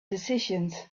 decisions